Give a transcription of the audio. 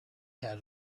had